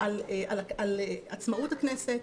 על עצמאות הכנסת.